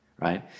right